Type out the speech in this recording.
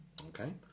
Okay